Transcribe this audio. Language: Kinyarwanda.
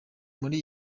muri